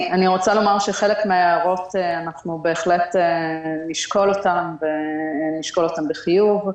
אנחנו בהחלט נשקול חלק מההערות ונשקול אותן בחיוב.